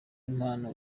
impano